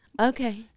Okay